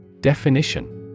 Definition